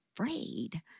afraid